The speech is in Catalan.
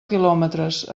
quilòmetres